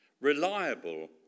reliable